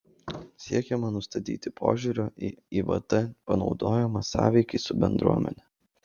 siekiama nustatyti požiūrio į ivt panaudojimą sąveikai su bendruomene